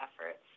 efforts